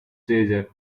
treasure